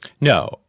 No